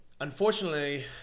Unfortunately